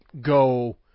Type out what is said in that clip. go